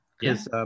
Yes